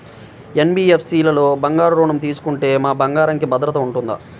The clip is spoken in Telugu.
ఎన్.బీ.ఎఫ్.సి లలో బంగారు ఋణం తీసుకుంటే మా బంగారంకి భద్రత ఉంటుందా?